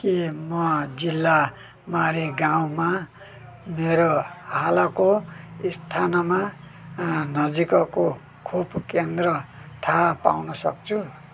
के म जिल्ला मारिगाउँमा मेरो हालको स्थानमा नजिकको खोप केन्द्र थाहा पाउन सक्छु